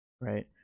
right